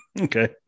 Okay